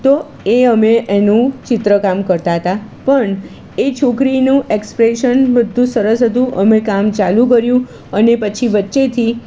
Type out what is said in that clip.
તો એ અમે એનું ચિત્રકામ કરતા તા પણ એ છોકરીનું એક્સ્પ્રેશન બધું સરસ હતું અમે કામ ચાલુ કર્યું અને પછી વચ્ચેથી